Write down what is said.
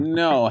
no